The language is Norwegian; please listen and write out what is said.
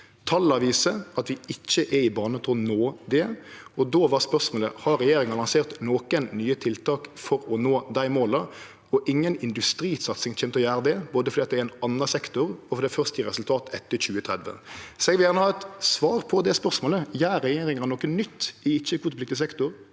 Tala viser at vi ikkje er i bane til å nå det. Då var spørsmålet: Har regjeringa lansert nokon nye tiltak for å nå dei måla? Inga industrisatsing kjem til å gjere det fordi det både er ein annan sektor og vil først gje resultat etter 2030. Så eg vil gjerne ha eit svar på det spørsmålet: Gjer regjeringa noko nytt i ikkje-kvotepliktig sektor,